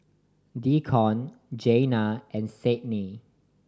Deacon Jeana and Sadye